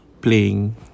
playing